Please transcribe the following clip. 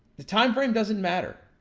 the timeframe doesn't matter,